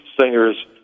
singers